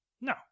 No